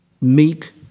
meek